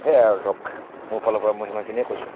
সেইয়াই আৰু ধৰক মোৰ ফালৰ পৰা মই সিমানখিনিয়ে কৈছোঁ